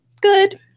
Good